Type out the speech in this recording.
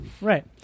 right